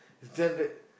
pretend that